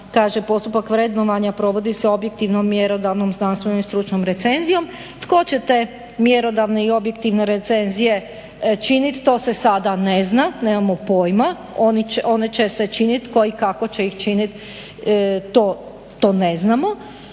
postupak vrednovanja provodi se objektivnom, mjerodavnom, znanstvenom i stručnom recenzijom. Tko će te mjerodavne i objektivne recenzije činit to se sada ne zna, nemamo pojma. One će se činit, tko i kako će ih činit to ne znamo.